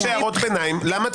הצהרות פתיחה.